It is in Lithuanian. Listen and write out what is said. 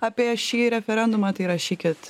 apie šį referendumą tai rašykit